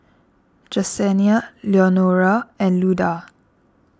Jesenia Leonora and Luda